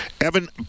Evan